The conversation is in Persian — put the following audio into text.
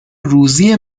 روزی